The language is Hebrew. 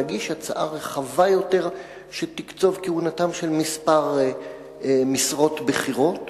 נגיש הצעה רחבה יותר שתקצוב כהונתם של נושאי כמה משרות בכירות.